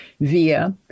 via